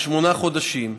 ושמונה חודשים.